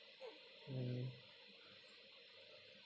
mm